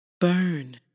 Burn